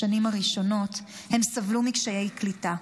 בשנים הראשונות הם סבלו מקשיי קליטה,